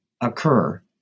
occur